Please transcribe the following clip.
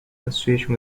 association